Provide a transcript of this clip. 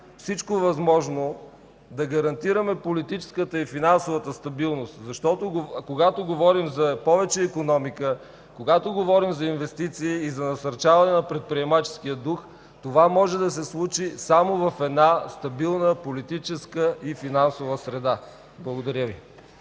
всичко възможно да гарантираме политическата и финансовата стабилност. Когато говорим за икономика, когато говорим за инвестиции и за насърчаване на предприемаческия дух, това може да се случи само в една стабилна политическа и финансова среда. Благодаря.